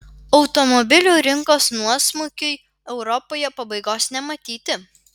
automobilių rinkos nuosmukiui europoje pabaigos nematyti